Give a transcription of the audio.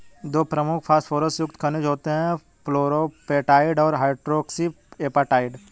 दो प्रमुख फॉस्फोरस युक्त खनिज होते हैं, फ्लोरापेटाइट और हाइड्रोक्सी एपेटाइट